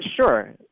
Sure